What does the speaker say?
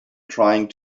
trying